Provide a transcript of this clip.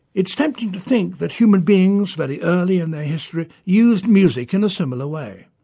it's tempting to think that human beings very early in their history used music in a similar way.